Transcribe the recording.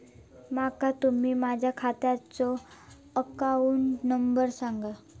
माका तुम्ही माझ्या खात्याचो अकाउंट नंबर सांगा?